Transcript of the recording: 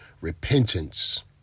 repentance